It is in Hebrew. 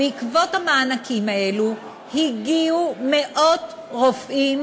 בעקבות המענקים האלה הגיעו מאות רופאים